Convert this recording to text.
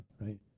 Right